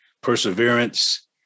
perseverance